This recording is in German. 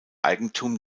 eigentum